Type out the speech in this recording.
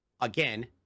again